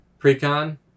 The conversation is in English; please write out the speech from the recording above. Precon